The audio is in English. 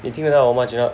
你听得到我吗 Jun Hup